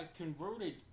converted